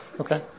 Okay